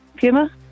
Puma